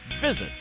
Visit